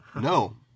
No